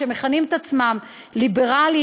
שמכנים את עצמם ליברליים,